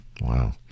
Wow